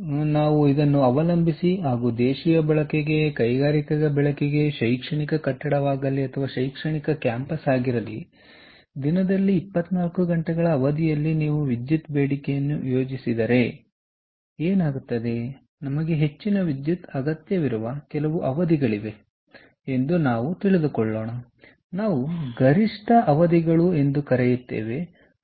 ಆದ್ದರಿಂದ ವಿವಿಧ ಬಾಗಗಳನ್ನು ಅವಲಂಬಿಸಿ ಹೇಳುವುದಾದರೆ ದೇಶೀಯ ಬಳಕೆ ಕೈಗಾರಿಕಾ ಬಳಕೆ ಆಗಿರಲಿ ಅಥವಾ ಶೈಕ್ಷಣಿಕ ಕಟ್ಟಡವಾಗಲಿ ಶೈಕ್ಷಣಿಕ ಕ್ಯಾಂಪಸ್ ಆಗಿರಲಿ ದಿನದಲ್ಲಿ 24 ಗಂಟೆಗಳ ಅವಧಿಯಲ್ಲಿ ನೀವು ವಿದ್ಯುತ್ ಬೇಡಿಕೆಯನ್ನು ಯೋಜಿಸಿದರೆ ನಮಗೆ ಹೆಚ್ಚಿನ ವಿದ್ಯುತ್ ಅಗತ್ಯವಿರುವ ಕೆಲವು ಅವಧಿಗಳಿವೆ ನಾವು ಗರಿಷ್ಠ ಅವಧಿಗಳು ಎಂದು ಕರೆಯುತ್ತೇವೆ